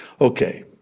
Okay